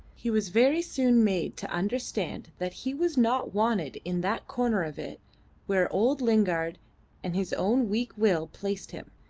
he was very soon made to understand that he was not wanted in that corner of it where old lingard and his own weak will placed him,